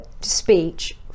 speech